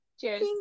cheers